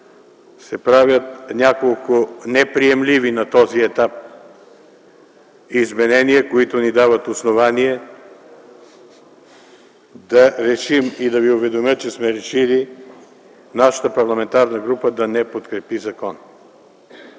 се правят няколко неприемливи на този етап изменения, които ни дават основание да решим и да ви уведомя, че сме решили нашата парламентарна група да не подкрепи закона.